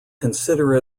consider